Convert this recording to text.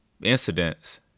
Incidents